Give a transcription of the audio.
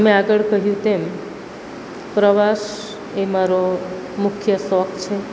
મેં આગળ કહ્યું તેમ પ્રવાસ એ મારો મુખ્ય શોખ છે